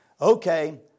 Okay